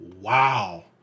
wow